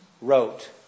wrote